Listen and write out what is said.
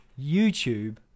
YouTube